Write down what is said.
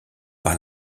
par